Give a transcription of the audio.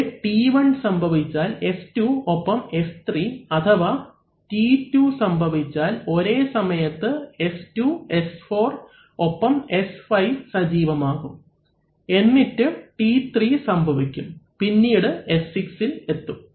ഇവിടെ T1 സംഭവിച്ചാൽ S2 ഒപ്പം S3 അഥവാ T2 സംഭവിച്ചാൽ ഒരേ സമയത്ത് S2 S4 ഒപ്പം S5 സജീവമാകും എന്നിട്ട് T3 സംഭവിക്കും പിന്നീട് S6ഇൽ എത്തും